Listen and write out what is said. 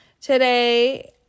Today